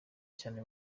cyane